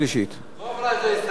לא עברה איזה הסתייגות או משהו.